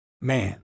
man